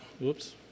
whoops